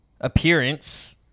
appearance